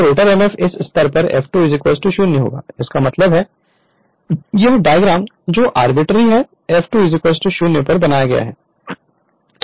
तो rotor mmf इस स्तर पर F2 0 इसका मतलब है यह डायग्राम जो आर्बिट्रेरी है F2 0 पर बनाया गया है